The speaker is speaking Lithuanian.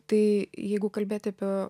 tai jeigu kalbėti apie